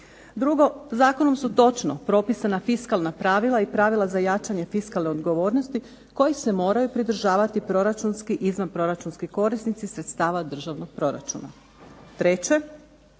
Drugo, zakonom su točno propisna fiskalna pravila i pravila za jačanje fiskalne odgovornosti kojih se moraju pridržavati proračunski i izvanproračunskih korisnici sredstava državnog proračuna. Treće,